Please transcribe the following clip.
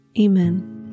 Amen